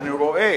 אני רואה